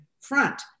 front